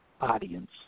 audience